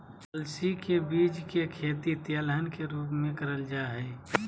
अलसी के बीज के खेती तेलहन के रूप मे करल जा हई